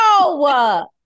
No